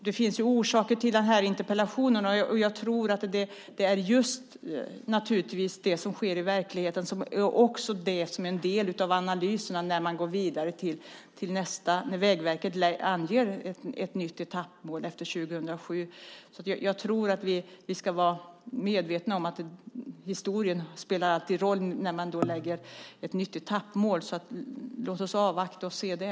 Det finns orsaker till den här interpellationen, och jag tror att det naturligtvis är just det som sker i verkligheten som också är en del av analyserna när man går vidare och Vägverket anger ett nytt etappmål efter 2007. Jag tror att vi ska vara medvetna om att historien alltid spelar roll när man lägger fram ett nytt etappmål. Låt oss alltså avvakta och se det.